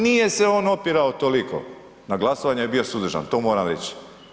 Nije se on opirao toliko, na glasovanju je bio suzdržan, to moram reć.